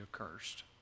accursed